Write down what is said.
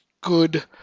good